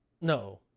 No